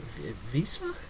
visa